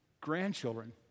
grandchildren